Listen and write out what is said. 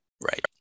Right